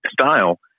style